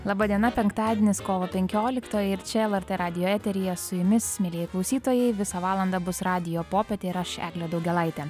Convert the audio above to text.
laba diena penktadienis kovo penkioliktoji ir čia lrt radijo eteryje su jumis mielieji klausytojai visą valandą bus radijo popietė ir aš eglė daugėlaitė